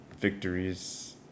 victories